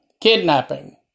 kidnapping